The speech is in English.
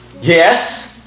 Yes